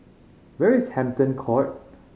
where is Hampton Court